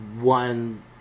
one